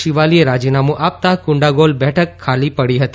શિવાલીએ રાજીનામું આપતાં કુંડાગોલ બેઠક ખાલી પડી હતી